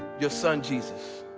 your son, jesus,